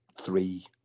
three